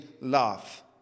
love